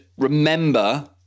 remember